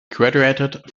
graduated